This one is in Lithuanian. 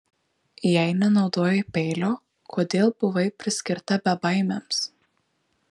jei nenaudojai peilio kodėl buvai priskirta bebaimiams